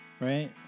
Right